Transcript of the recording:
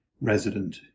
resident